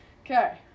Okay